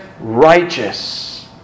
righteous